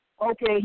okay